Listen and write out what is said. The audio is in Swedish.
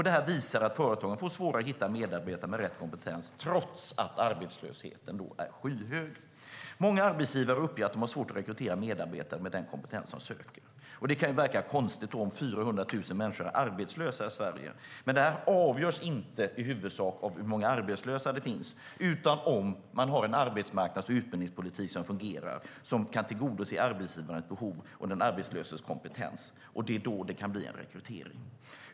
Det här visar att företagen får svårare att hitta medarbetare med rätt kompetens, trots att arbetslösheten är skyhög. Många arbetsgivare uppger att de har svårt att rekrytera medarbetare med den kompetens de söker. Det kan verka konstigt, när 400 000 människor är arbetslösa i Sverige, men det här avgörs inte i huvudsak av hur många arbetslösa det finns, utan av om man har en arbetsmarknads och utbildningspolitik som fungerar och kan tillgodose arbetsgivarens behov med hjälp av den arbetslöses kompetens. Det är då det kan bli en rekrytering.